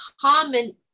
common